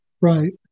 Right